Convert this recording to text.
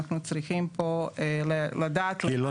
אנחנו צריכים פה לדעת למה להיערך --- כי אתם לא